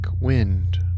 wind